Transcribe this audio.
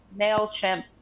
MailChimp